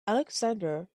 alexander